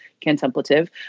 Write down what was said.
contemplative